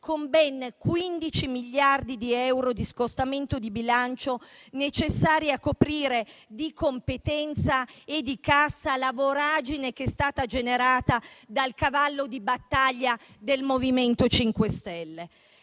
con ben 15 miliardi di euro di scostamento di bilancio necessari a coprire, di competenza e di cassa, la voragine che è stata generata dal cavallo di battaglia del MoVimento 5 Stelle.